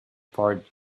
part